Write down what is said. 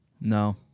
No